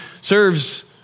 serves